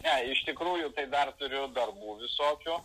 ne iš tikrųjų tai dar turiu darbų visokių